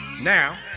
Now